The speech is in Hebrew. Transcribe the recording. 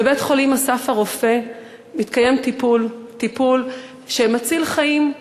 בבית-החולים "אסף הרופא" מתקיים טיפול שמציל חיים,